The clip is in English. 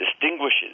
distinguishes